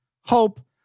Hope